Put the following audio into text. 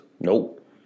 Nope